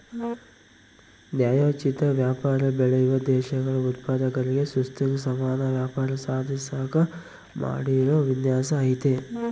ನ್ಯಾಯೋಚಿತ ವ್ಯಾಪಾರ ಬೆಳೆಯುವ ದೇಶಗಳ ಉತ್ಪಾದಕರಿಗೆ ಸುಸ್ಥಿರ ಸಮಾನ ವ್ಯಾಪಾರ ಸಾಧಿಸಾಕ ಮಾಡಿರೋ ವಿನ್ಯಾಸ ಐತೆ